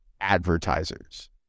advertisers